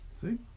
See